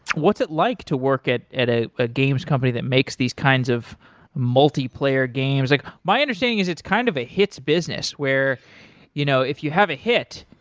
what it's like to work at at a a games company that makes these kinds of multiplayer games? like my understanding is it's kind of a hits business, where you know if you have a hit,